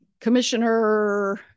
Commissioner